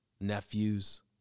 nephews